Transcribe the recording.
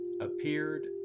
appeared